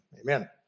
amen